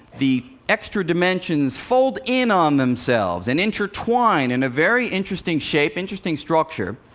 the extra dimensions fold in on themselves and intertwine in a very interesting shape, interesting structure.